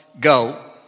go